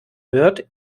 hört